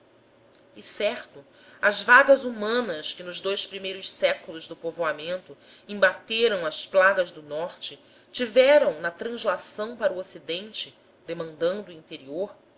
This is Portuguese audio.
e certo as vagas humanas que nos dous primeiros séculos do povoamento embateram as plagas do norte tiveram na translação para o ocidente demandando o interior